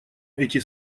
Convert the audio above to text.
эти